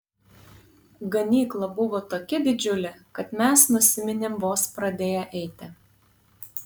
ganykla buvo tokia didžiulė kad mes nusiminėm vos pradėję eiti